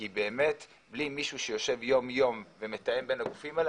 כי באמת בלי מישהו שיושב יום יום ומתאם בין הגופים האלה